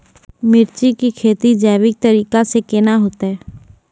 मिर्ची की खेती जैविक तरीका से के ना होते?